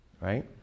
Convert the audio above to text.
Right